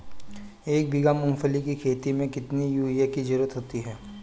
एक बीघा मूंगफली की खेती में कितनी यूरिया की ज़रुरत होती है?